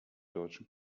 deutschen